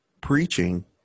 Preaching